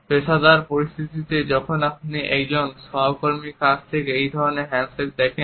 পেশাদার পরিস্থিতিতে যখন আপনি একজন সহকর্মীর কাছ থেকে এই ধরণের হ্যান্ডশেক দেখেন